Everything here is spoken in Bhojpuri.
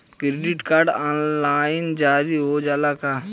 क्रेडिट कार्ड ऑनलाइन जारी हो जाला का?